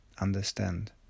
understand